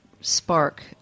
spark